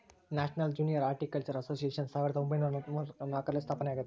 national junior horticultural association ಸಾವಿರದ ಒಂಬೈನುರ ಮೂವತ್ನಾಲ್ಕರಲ್ಲಿ ಸ್ಥಾಪನೆಯಾಗೆತೆ